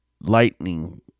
lightning